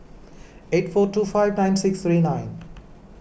eight four two five nine six three nine